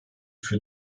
für